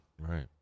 Right